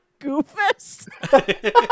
goofus